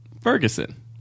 Ferguson